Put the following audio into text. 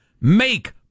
make